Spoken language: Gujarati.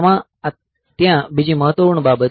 તઆ બીજી મહત્વપૂર્ણ બાબત છે